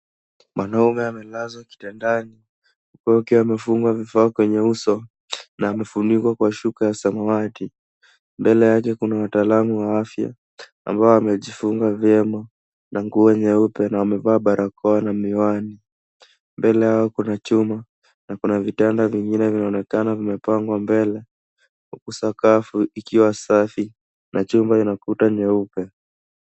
Mwanaume amelazwa kitandani huku akiwa amefungwa vifaa kwenye uso na amefunikwa kwa shuka ya samawati. Mbele yake kuna wataalamu wa afya ambao wamejifunga vyema na nguo nyeupe na wamevaa barakoa na miwani. Mbele yao kuna chuma na kuna vitanda vingine vinaonekana vimepangwa mbele huku sakafu ikiwa safi na chumba ina kuta nyeupe.